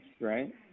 right